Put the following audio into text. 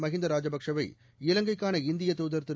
மஹிந்த ராஜபக்சே வை இலங்கைக்காள இந்திய துதர் திரு